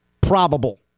Probable